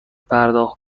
پرداخت